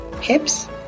hips